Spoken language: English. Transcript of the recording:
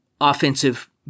offensive